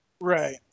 Right